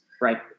Right